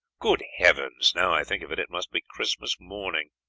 good heavens! now i think of it, it must be christmas morning.